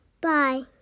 Bye